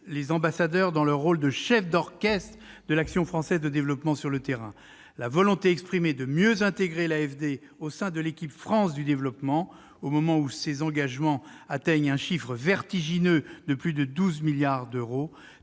les ambassadeurs dans leur rôle de chefs d'orchestre de l'action française de développement sur le terrain. La volonté exprimée de mieux intégrer l'AFD au sein de l'« équipe France » du développement, au moment où ses engagements atteignent un niveau vertigineux, de plus de 12 milliards d'euros,